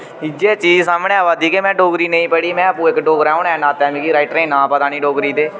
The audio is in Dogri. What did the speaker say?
इ'यै चीज सामनै आवा दी के मैं डोगरी नेईं पढ़ी मैं आपूं इक डोगरा होने दे नातै मिकी राइटरें दे नांऽ पता नी डोगरी दे